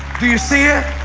do you see it?